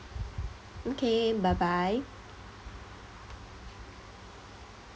okay bye bye